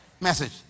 message